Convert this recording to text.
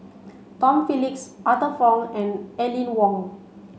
Tom Phillips Arthur Fong and Aline Wong